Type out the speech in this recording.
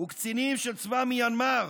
וקצינים של צבא מיאנמר